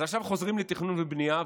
אז עכשיו חוזרים לתכנון ובנייה,